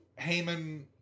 Heyman